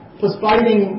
perspiring